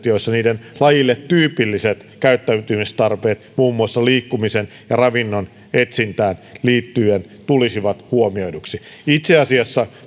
joissa niiden lajille tyypilliset käyttäytymistarpeet muun muassa liikkumisen ja ravinnon etsintään liittyen tulisivat huomioiduiksi itse asiassa